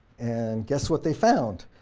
and guess what they found?